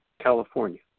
California